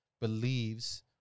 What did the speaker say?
believes